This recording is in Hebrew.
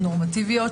נורמטיביות,